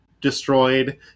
destroyed